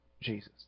Jesus